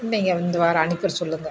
இல்லைங்க இந்த வாரம் அனுப்பிடச் சொல்லுங்கள்